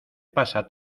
pasa